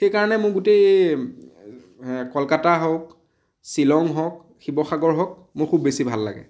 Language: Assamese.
সেই কাৰণে মোৰ গোটেই কলকাতা হওক শ্বিলং হওক শিৱসাগৰ হওক মোৰ খুব বেছি ভাল লাগে